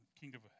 kingdom